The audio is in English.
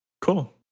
cool